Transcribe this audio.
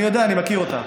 אני יודע, אני מכיר אותה.